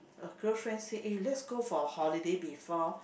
a girlfriend said hey let's go for holiday before